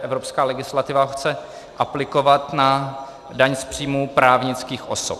Evropská legislativa chce aplikovat na daň z příjmu právnických osob.